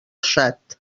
xat